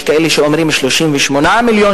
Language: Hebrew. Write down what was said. יש כאלה שאומרים 38 מיליון,